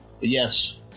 yes